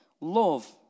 Love